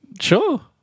Sure